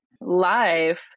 life